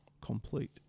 complete